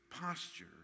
posture